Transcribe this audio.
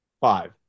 Five